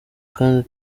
kandi